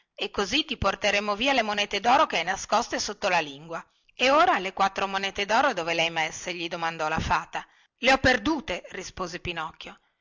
e così ti porteremo via le monete doro che hai nascoste sotto la lingua e ora le quattro monete dove le hai messe gli domandò la fata le ho perdute rispose pinocchio